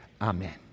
Amen